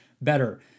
better